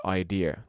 idea